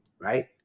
right